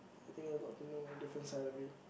I think I got to know a different side of you